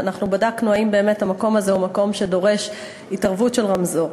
אנחנו בדקנו אם באמת המקום הזה הוא מקום שדורש התערבות של רמזור.